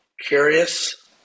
curious